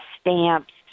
stamps